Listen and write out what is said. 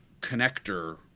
connector